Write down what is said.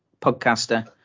podcaster